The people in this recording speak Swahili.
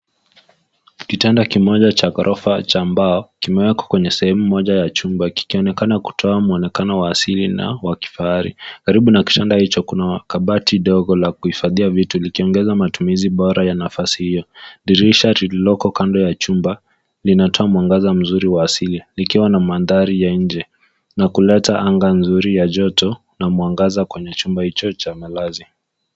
Kitanda kimoja cha ghorofa cha mbao kimewekwa kwenye sehemu moja ya chumba kikionekana kutoa muonekano wa asili na wa kifahari. Karibu na kitanda hicho kuna kabati dogo la kuhifadhia vitu likiongeza matumizi bora ya nafasi hiyo. Dirisha lililoko kando ya chumba linatoa mwangaza mzuri wa asili likiwa na mandhari ya nje na kuleta anga nzuri ya joto na mwangaza kwenye chumba hicho cha malazi.